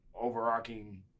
overarching